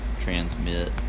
transmit